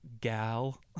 gal